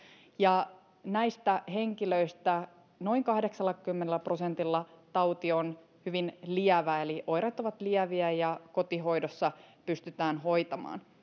ja näistä henkilöistä noin kahdeksallakymmenellä prosentilla tauti on hyvin lievä eli oireet ovat lieviä ja pystytään kotihoidossa hoitamaan